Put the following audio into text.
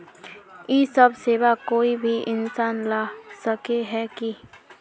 इ सब सेवा कोई भी इंसान ला सके है की?